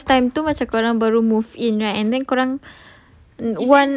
I think because time too much orang baru move in right and then kau orang